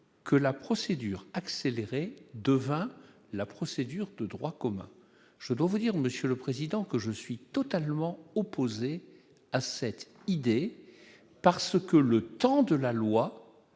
que la procédure accélérée de vin, la procédure de droit commun, je dois vous dire, Monsieur le Président, que je suis totalement opposé à cette idée parce que le temps de la loi